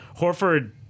horford